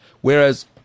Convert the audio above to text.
Whereas